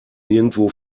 nirgendwo